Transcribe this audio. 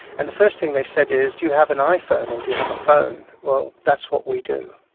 and the first thing they said is, do you have an iphone or do you have a phone? well, that's what we do,